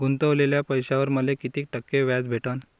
गुतवलेल्या पैशावर मले कितीक टक्के व्याज भेटन?